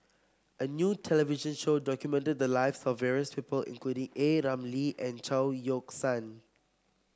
a new television show documented the lives of various people including A Ramli and Chao Yoke San